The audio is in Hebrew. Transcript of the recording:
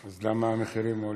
אז למה המחירים עולים?